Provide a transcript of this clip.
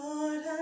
Lord